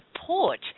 support